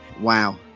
Wow